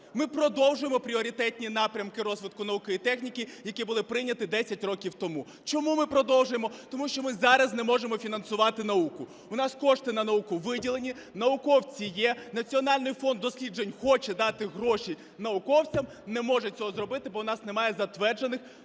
Ми продовжуємо пріоритетні напрямки розвитку науки і техніки, які були прийняті 10 років тому. Чому ми продовжуємо? Тому що ми зараз не можемо фінансувати науку. У нас кошти на науку виділені, науковці є. Національний фонд досліджень хоче дати гроші науковцям, не може цього зробити, бо у нас немає затверджених